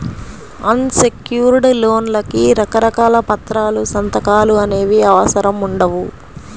అన్ secured లోన్లకి రకరకాల పత్రాలు, సంతకాలు అనేవి అవసరం ఉండవు